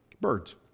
birds